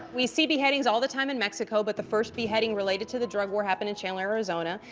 we see beheadings all the time in mexico, but the first beheading related to the drug war happened in chandler, arizona,